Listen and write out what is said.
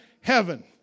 heaven